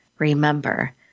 Remember